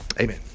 amen